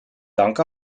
dank